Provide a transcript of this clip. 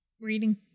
reading